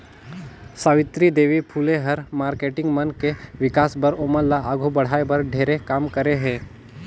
सावित्री देवी फूले ह मारकेटिंग मन के विकास बर, ओमन ल आघू बढ़ाये बर ढेरे काम करे हे